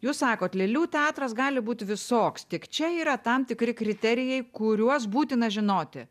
jūs sakot lėlių teatras gali būt visoks tik čia yra tam tikri kriterijai kuriuos būtina žinoti